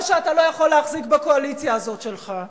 או שאתה לא יכול להחזיק בקואליציה הזאת שלך.